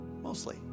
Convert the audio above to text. Mostly